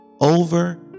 Over